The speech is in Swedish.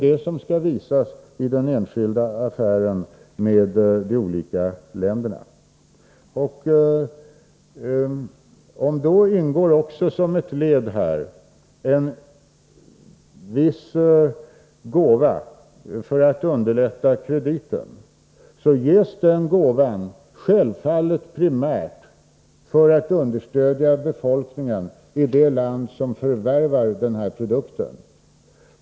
Det skall visas i den enskilda affären med de olika länderna. Om såsom ett led i affären ingår en viss gåva för att underlätta krediten, ges den gåvan självfallet primärt för att understödja befolkningen i det land som förvärvar produkten.